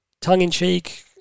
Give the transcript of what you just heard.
tongue-in-cheek